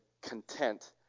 content